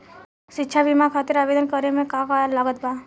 शिक्षा बीमा खातिर आवेदन करे म का का लागत बा?